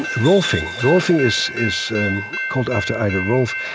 and rolfing. rolfing is is and called after ida rolf.